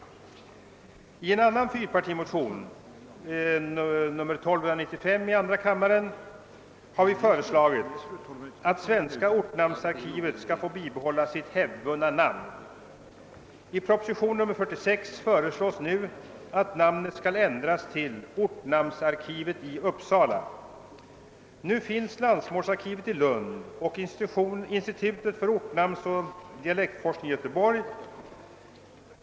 I en annan fyrpartimotion, II: 1295, har vi föreslagit att svenska ortnamnsarkivet skall få bibehålla sitt hävdvunna namn. I propositionen 46 föreslås nu att namnet skall ändras till ortnamnsarkivet i Uppsala. Nu finns landsmålsarkivet i Lund och institutet för ortnamnsoch dialektforskning i Göteborg.